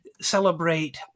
celebrate